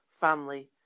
family